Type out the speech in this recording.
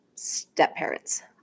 step-parents